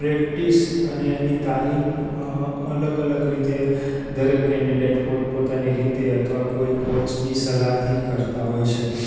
practice અને એની તાલીમ અલગ અલગ રીતે દરેક કેન્ડીડેટ પોત પોતાની રીતે અથવા કોઈ કોચની સલાહથી કરતાં હોય છે